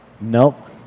Nope